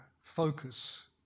focus